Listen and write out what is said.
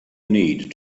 need